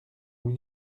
lui